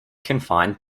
confined